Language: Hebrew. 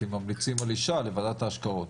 שממליצים על אשה לוועדת ההשקעות.